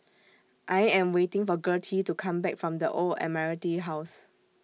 I Am waiting For Gertie to Come Back from The Old Admiralty House